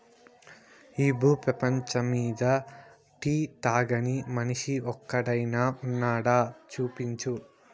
ఈ భూ పేపంచమ్మీద టీ తాగని మనిషి ఒక్కడైనా వున్నాడా, చూపించు